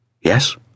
Yes